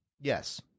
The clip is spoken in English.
Yes